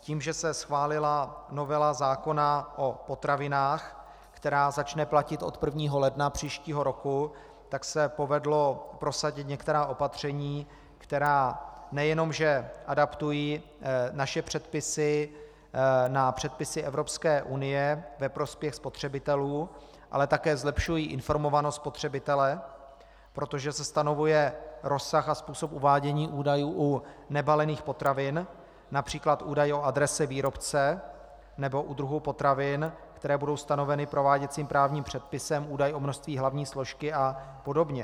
Tím, že se schválila novela zákona o potravinách, která začne platit od 1. ledna příštího roku, se povedlo prosadit některá opatření, která nejenom že adaptují naše předpisy na předpisy Evropské unie ve prospěch spotřebitelů, ale také zlepšují informovanost spotřebitele, protože se stanovuje rozsah a způsob uvádění údajů u nebalených potravin, například údaje o adrese výrobce, nebo u druhů potravin, které budou stanoveny prováděcím právním předpisem, údaje o množství hlavní složky a podobně.